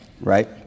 Right